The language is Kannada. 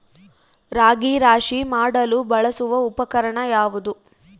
ರಾಗಿ ರಾಶಿ ಮಾಡಲು ಬಳಸುವ ಉಪಕರಣ ಯಾವುದು?